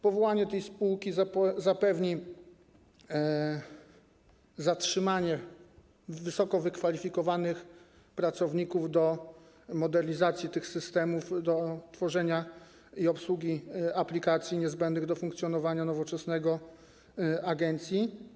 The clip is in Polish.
Powołanie tej spółki zapewni zatrzymanie wysoko wykwalifikowanych pracowników do modernizacji tych systemów, do tworzenia i obsługi aplikacji niezbędnych do funkcjonowania nowoczesnego agencji.